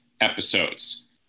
episodes